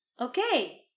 okay